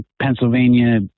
Pennsylvania